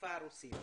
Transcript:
בשפה הרוסית.